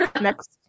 Next